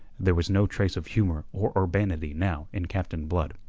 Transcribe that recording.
there was no trace of humour or urbanity now in captain blood.